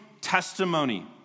testimony